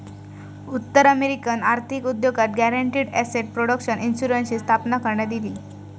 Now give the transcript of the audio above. उत्तर अमेरिकन आर्थिक उद्योगात गॅरंटीड एसेट प्रोटेक्शन इन्शुरन्सची स्थापना करण्यात इली